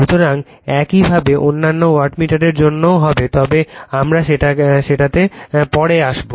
সুতরাং একইভাবে অন্যান্য ওয়াটমিটারের জন্যও হবে তবে আমরা সেটাতে পরে আসব